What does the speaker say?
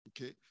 Okay